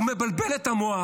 הוא מבלבל את המוח.